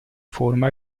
forma